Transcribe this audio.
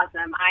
awesome